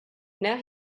now